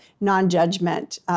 non-judgment